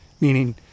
meaning